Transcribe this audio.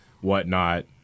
whatnot